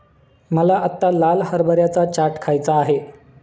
मला आत्ता लाल हरभऱ्याचा चाट खायचा आहे